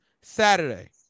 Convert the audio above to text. Saturday